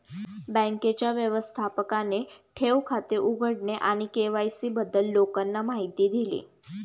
बँकेच्या व्यवस्थापकाने ठेव खाते उघडणे आणि के.वाय.सी बद्दल लोकांना माहिती दिली